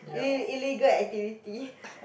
ill~ illegal activity